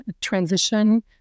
transition